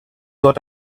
what